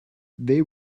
they